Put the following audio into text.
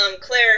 Claire